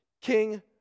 King